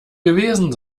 gewesen